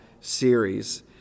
series